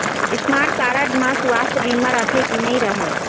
Smart card म सुवास्थ बीमा रथे की नई रहे?